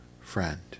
friend